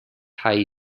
hay